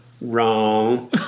Wrong